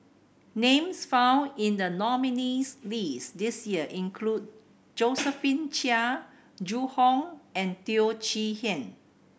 names found in the nominees' list this year include Josephine Chia Zhu Hong and Teo Chee Hean